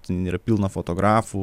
ten yra pilna fotografų